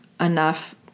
enough